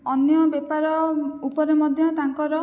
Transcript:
ଅନ୍ୟ ବେପାର ଉପରେ ମଧ୍ୟ ତାଙ୍କର